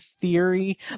theory